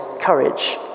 courage